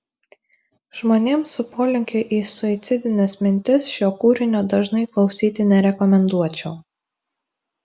žmonėms su polinkiu į suicidines mintis šio kūrinio dažnai klausyti nerekomenduočiau